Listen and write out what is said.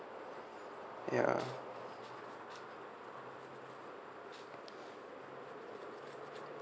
ya